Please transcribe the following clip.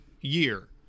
year